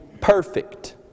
perfect